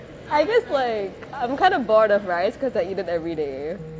I just like I'm kind of bored of rice because I eat it everyday